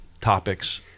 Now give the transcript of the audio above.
topics